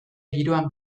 giroan